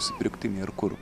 nusipirkti nėr kur